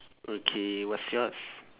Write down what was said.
okay what's yours